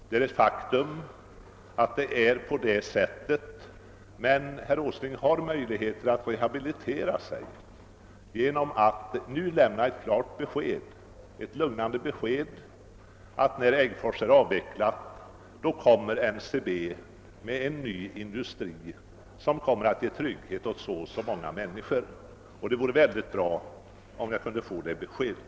Den besvikelsen är ett faktum — men herr Åsling har möjlighet att rehabilitera sig genom att nu lämna ett klart, lugnande besked, nämligen att när Äggfors är avvecklat kommer NCB med en ny industri som kan ge trygghet åt så och så många människor. Det vore bra om jag kunde få det beskedet.